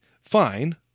fine